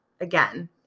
again